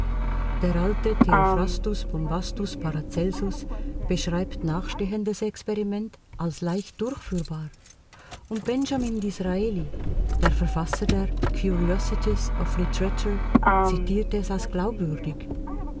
der alte theophrastus bombastus parazelsus beschreibt nachstehendes experiment als leicht durchführbar und benjamin disraeli der verfasser der curiosities of literatur zitiert es als glaubwürdig